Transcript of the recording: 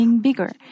bigger